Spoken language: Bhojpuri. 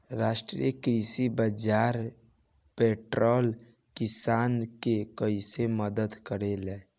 राष्ट्रीय कृषि बाजार पोर्टल किसान के कइसे मदद करेला?